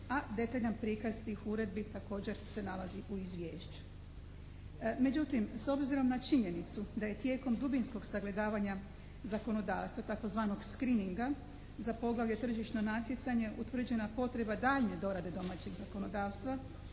a detaljan prikaz tih uredbi također se nalazi u izvješću. Međutim, s obzirom na činjenicu da je tijekom dubinskog sagledavanja zakonodavstva tzv. screeninga za poglavlje tržišno natjecanje utvrđena potreba daljnje dorade domaćeg zakonodavstva